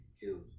killed